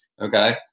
okay